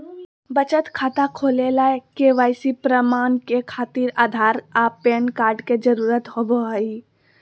बचत खाता खोले ला के.वाइ.सी प्रमाण के खातिर आधार आ पैन कार्ड के जरुरत होबो हइ